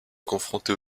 confrontés